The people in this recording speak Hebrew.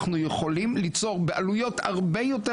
אנחנו יכולים ליצור בעלויות הרבה יותר